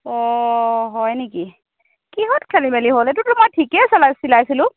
অঁ হয় নেকি কিহত খেলি মেলি হ'ল এইটোতো মই ঠিকেই চিলাইছিলোঁ